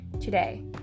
today